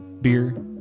beer